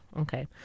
Okay